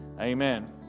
Amen